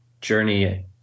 journey